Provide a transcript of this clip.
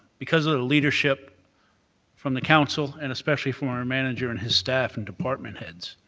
because of the leadership from the council and especially from our manager and his staff and department heads,